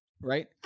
right